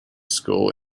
school